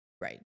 Right